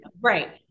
Right